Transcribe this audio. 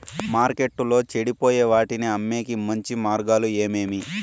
మార్కెట్టులో చెడిపోయే వాటిని అమ్మేకి మంచి మార్గాలు ఏమేమి